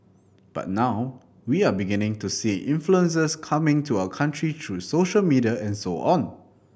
but now we are beginning to see influences coming to our country through social media and so on